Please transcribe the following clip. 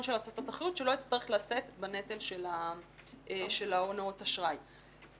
ולא יצטרך לשאת בנטל של הונאות האשראי.